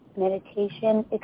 meditation